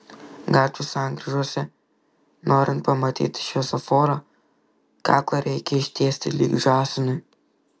gatvių sankryžose norint pamatyti šviesoforą kaklą reikia ištiesti lyg žąsinui